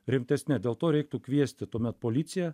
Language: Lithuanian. rimtesne dėl to reiktų kviesti tuomet policiją